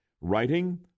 writing